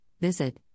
visit